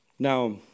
Now